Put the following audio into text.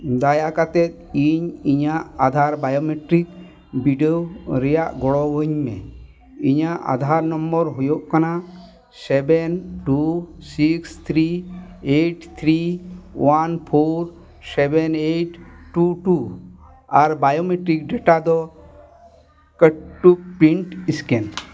ᱫᱟᱭᱟ ᱠᱟᱛᱮᱫ ᱤᱧ ᱤᱧᱟᱹᱜ ᱟᱫᱷᱟᱨ ᱵᱤᱰᱟᱹᱣ ᱨᱮᱭᱟᱜ ᱜᱚᱲᱚ ᱟᱹᱧ ᱢᱮ ᱤᱧᱟᱹᱜ ᱦᱩᱭᱩᱜ ᱠᱟᱱᱟ seven two six three eight three one four seven eight two two ᱟᱨ ᱫᱚ ᱠᱟᱹᱴᱩᱵ